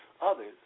others